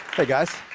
hey guys